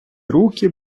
руки